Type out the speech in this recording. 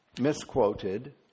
misquoted